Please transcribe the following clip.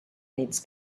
needs